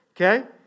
Okay